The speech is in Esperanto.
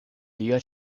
lia